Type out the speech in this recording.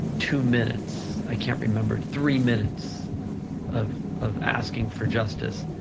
two minutes, i can't remember, three minutes of of asking for justice,